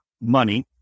money